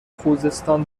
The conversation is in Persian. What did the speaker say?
خوزستان